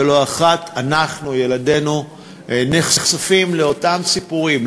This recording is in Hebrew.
ולא אחת אנחנו וילדינו נחשפים לאותם סיפורים,